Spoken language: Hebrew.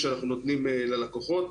בדוח,